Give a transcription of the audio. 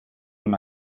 una